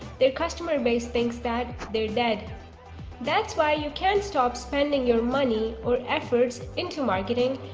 their customer base thinks that they're dead that's why you can't stop spending your money or efforts into marketing.